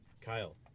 Kyle